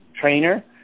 trainer